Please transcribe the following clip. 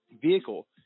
vehicle